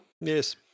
Yes